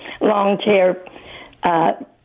long-term